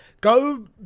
Go